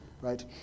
right